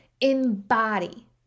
embody